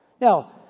Now